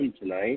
tonight